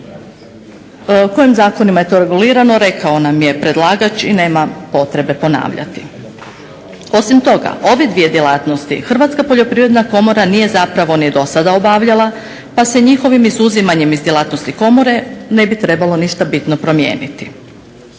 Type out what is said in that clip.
Kojim zakonima je to regulirano rekao nam je predlagač i nema potrebe ponavljati. Osim toga ove dvije djelatnosti Hrvatska poljoprivredna komora nije zapravo ni dosada obavljala pa se njihovim izuzimanjem iz djelatnosti komore ne bi trebalo ništa bitno promijeniti.